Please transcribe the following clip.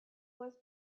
was